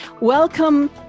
Welcome